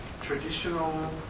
traditional